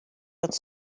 wat